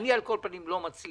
אני על כל פנים לא מצליח,